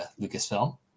Lucasfilm